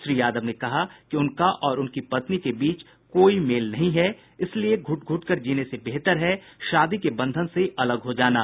श्री यादव ने कहा कि उनका और उनकी पत्नी के बीच कोई मेल नहीं है इसलिए घूट घूटकर जीने से बेहतर है शादी के बंधन से अलग हो जाना